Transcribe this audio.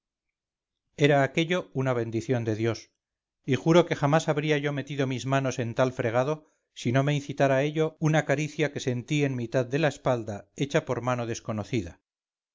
era aquello una bendición de dios y juro que jamás habría yo metido mis manos en talfregado si no me incitara a ello una caricia que sentí en mitad de la espalda hecha por mano desconocida